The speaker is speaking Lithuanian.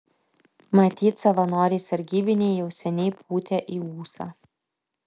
matyt savanoriai sargybiniai jau seniai pūtė į ūsą